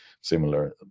similar